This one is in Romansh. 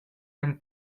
ein